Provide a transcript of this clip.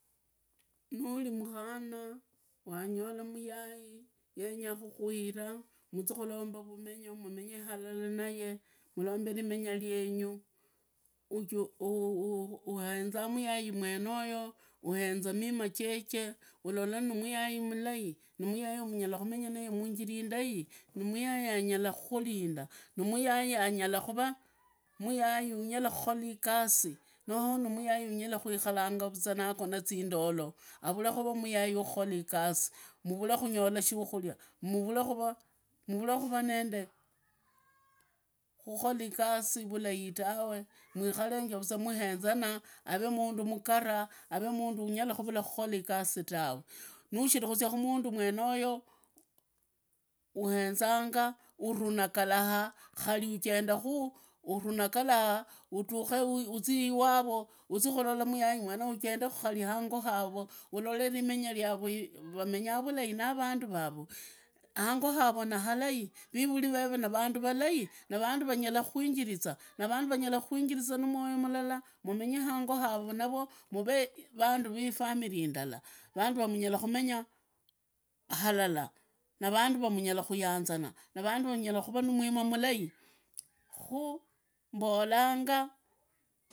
Nuri mukhana, wangola muyai yenya kuhuira, muzi kulomba vamenyo, muzi mumenye halala naye, murombe rimenyo ryenu, u- u- uenza muyai mwenoyo uenza mima jeje, ulola ni muyai mulai, munyara kumenga naye muinjira indai, ni muyai anyara nunulinda, ni muyai anyala kura muyai anyala kunola igasi noo ni muyai anyala kuinara ango vaza agonaa zindolo avule nimuyai anyara nunora igasi, mvurenunyola shinuria, mvure mvure nende kugosa kukora igasi tawe mwikarenge za numuhenzananga, aremundu mugaraa ave mundu ungwa kukora igasi tawe, nushiri kuzia kumundu mwenoyo, uhenzanga urunagalaa khari ujendakuu urunagala, uduke uzii iwaro, uzii khulola muyai mwenuyu uzii ingo waro ulole limenya kiaro vamenga vulai na vandu vavo, hango havo ni halai, vivuli veve ni vandu valai ni vandu vangala kumuinjiriza na moyo mulala mumenye hango havo navo mumenye vandu ri family indala, vandu munyara kumenya halala navandu myara huyanzana navandu vanyara kuraa na mima milai, khu mbolanga.